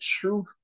truth